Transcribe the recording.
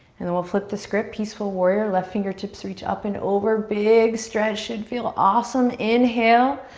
and then we'll flip the script, peaceful warrior, left fingertips reach up and over, big stretch, should feel awesome. inhale,